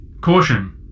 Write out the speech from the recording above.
Caution